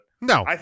No